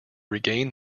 regain